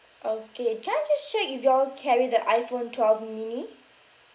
okay can I just check if you all carry the iphone twelve mini